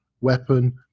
weapon